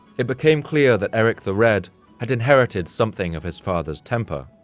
it became clear that erik the red had inherited something of his father's temper,